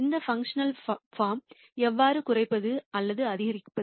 இந்த பாண்க்ஷனால் போரம் எவ்வாறு குறைப்பது அல்லது அதிகரிப்பது